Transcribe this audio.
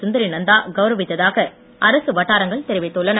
சுந்தரி நந்தா கவுரவித்ததாக அரசு வட்டாரங்கள் தெரிவித்துள்ளன